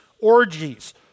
orgies